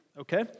okay